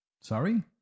Sorry